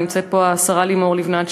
נמצאת פה השרה לימור לבנת,